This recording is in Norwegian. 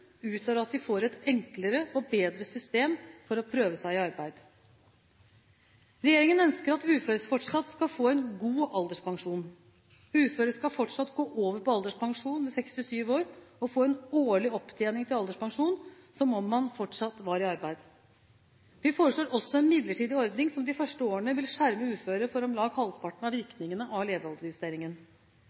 utover at de får et enklere og bedre system for å prøve seg i arbeid. Regjeringen ønsker at uføre fortsatt skal få en god alderspensjon. Uføre skal fortsatt gå over på alderspensjon ved 67 år og få en årlig opptjening til alderspensjon, som om man fortsatt var i arbeid. Vi foreslår også en midlertidig ordning som de første årene vil skjerme uføre for om lag halvparten av virkningene av